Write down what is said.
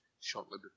shortly